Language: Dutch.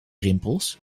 rimpels